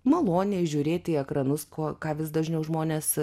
maloniai žiūrėt į ekranus ko ką vis dažniau žmonės